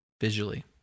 visually